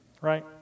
right